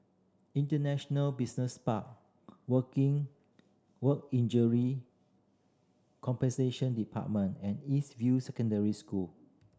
International Business Park Working Work Injury Compensation Department and East View Secondary School